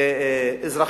בצורה אזרחית,